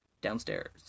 downstairs